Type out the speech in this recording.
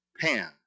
Pan